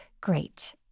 great